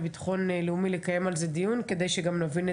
נדאג לקיים דיון בוועדה לביטחון לאומי כדי להביא את